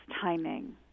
timing